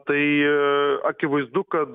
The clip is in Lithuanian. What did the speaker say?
tai akivaizdu kad